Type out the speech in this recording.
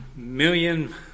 million